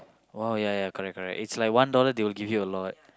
!wow! ya ya correct correct it lah one dollar they will give you a lot